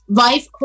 wife